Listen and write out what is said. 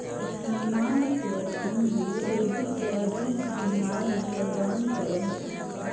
सामान्य शेयर पूँजी वृद्धि के अधिक संभावना प्रदान करो हय